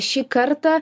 šį kartą